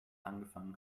angefangen